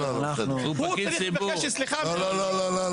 הוא פקיד ציבור --- אני צריך לבקש סליחה על הריסות?